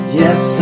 yes